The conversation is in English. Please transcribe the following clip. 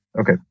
Okay